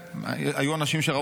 היו אנשים שראו למרחוק.